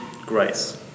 grace